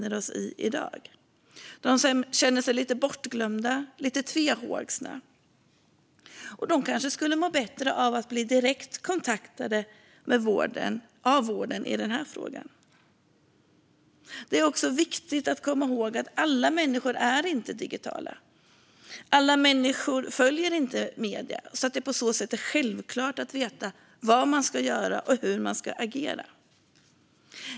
Det är personer som känner sig lite bortglömda och lite tvehågsna. De kanske skulle må bättre av att bli direkt kontaktade av vården i denna fråga. Det är också viktigt att komma ihåg att inte alla människor är digitala. Alla människor följer inte medier på så sätt att det är självklart att de vet vad man ska göra och hur man ska agera.